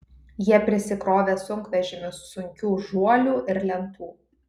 jie prisikrovė sunkvežimius sunkių žuolių ir lentų